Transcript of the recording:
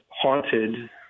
haunted